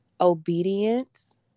obedience